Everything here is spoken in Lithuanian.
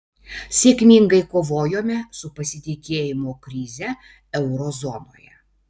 sėkmingai kovojome su pasitikėjimo krize euro zonoje